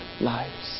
lives